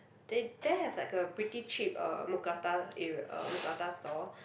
they there have like a pretty cheap uh mookata area uh mookata store